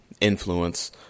influence